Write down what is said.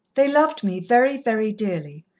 they loved me very, very dearly,